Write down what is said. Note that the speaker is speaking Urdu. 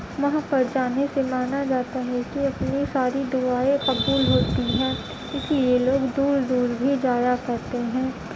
وہاں پر جانے سے مانا جاتا ہے کہ اپنی ساری دعائیں قبول ہوتی ہیں اس لیے لوگ دور دور بھی جایا کرتے ہیں